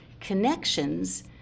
connections